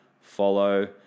follow